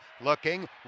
Looking